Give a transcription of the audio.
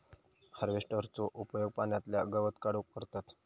हार्वेस्टरचो उपयोग पाण्यातला गवत काढूक करतत